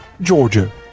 Georgia